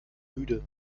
müde